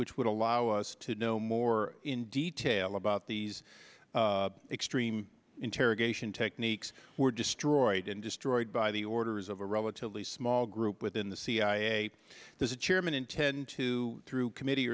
which would allow us to know more in detail about these extreme interrogation techniques were destroyed and destroyed by the orders of a relatively small group within the cia as a chairman in ten two through committee